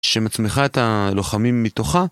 שמצמיחה את הלוחמים מתוכה.